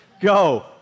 Go